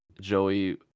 Joey